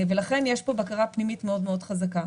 ולכן יש פה בקרה פנימית מאוד מאוד חזקה.